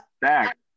Back